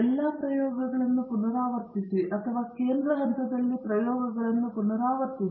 ಎಲ್ಲಾ ಪ್ರಯೋಗಗಳನ್ನು ಪುನರಾವರ್ತಿಸಿ ಅಥವಾ ಕೇಂದ್ರ ಹಂತದಲ್ಲಿ ನೀವು ಪ್ರಯೋಗಗಳನ್ನು ಪುನರಾವರ್ತಿಸಿ